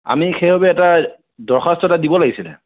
আমি সেইবাবে এটা দৰ্খাস্ত এটা দিব লাগিছিলে